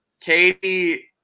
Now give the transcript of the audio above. katie